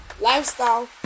lifestyle